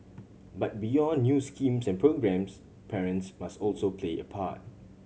but beyond new schemes and programmes parents must also play a part